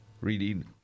reading